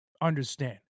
understand